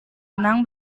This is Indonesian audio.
renang